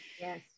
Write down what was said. Yes